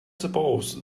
suppose